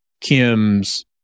Kim's